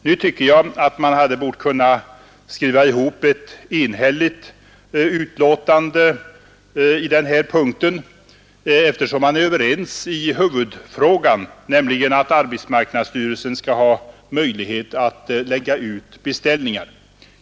Nu tycker jag att man hade bort kunna skriva ett enhälligt betänkande på denna punkt, eftersom man är överens i huvudfrågan, nämligen att arbetsmarknadsstyrelsen skall ha möjlighet att lägga ut beställningar.